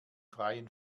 freien